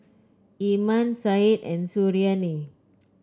Iman Said and Suriani